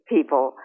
people